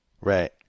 Right